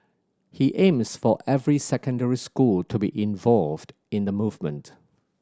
he aims for every secondary school to be involved in the movement